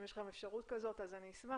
אם יש לכם אפשרות כזאת אני אשמח.